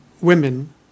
women